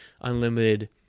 unlimited